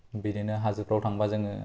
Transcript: बिदिनो हाजोफ्राव थांब्ला जोङो